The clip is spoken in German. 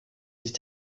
sich